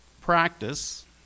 practice